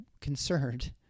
concerned